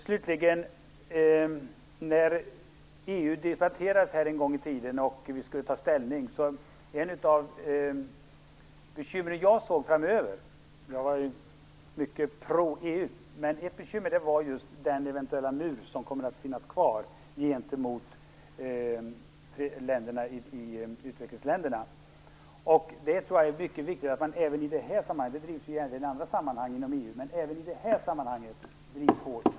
Slutligen: Då EU en gång i tiden debatterades här och vi skulle ta ställning var ett av de bekymmer som jag såg framför mig - och jag var verkligen pro EU - den eventuella mur som blir kvar gentemot utvecklingsländerna. Jag tror att det är viktigt att den frågan även i det här sammanhanget drivs hårt. Den drivs ju i andra sammanhang inom EU.